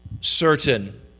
certain